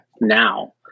now